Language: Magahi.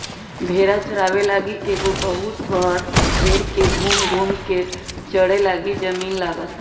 भेड़ा चाराबे लागी एगो बहुत बड़ भेड़ के घुम घुम् कें चरे लागी जमिन्न लागत